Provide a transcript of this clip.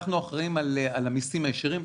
אנחנו אחראים על המסים הישירים.